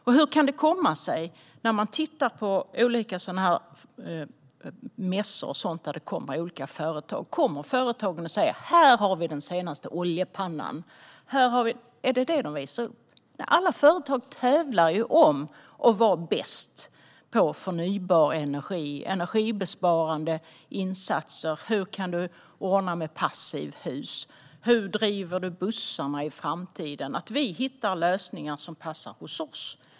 Vi kan se på olika mässor dit olika företag kommer. Vi hör inte att de kommer dit och säger: Här har vi den senaste oljepannan! Är det detta de visar upp? Alla företag tävlar i stället om att vara bäst på förnybar energi och energibesparande insatser. Det handlar om hur man kan ordna med passivhus och hur man driver bussarna i framtiden. Vi ska hitta lösningar som passar hos oss.